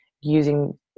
using